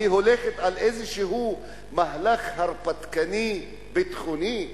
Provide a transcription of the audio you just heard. היא הולכת על איזשהו מהלך הרפתקני ביטחוני?